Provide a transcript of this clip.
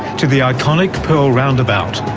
to the iconic pearl roundabout.